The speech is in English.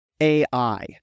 AI